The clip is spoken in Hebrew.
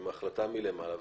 עם החלטה מלמעלה,